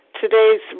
Today's